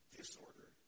disorder